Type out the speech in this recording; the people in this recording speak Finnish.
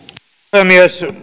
puhemies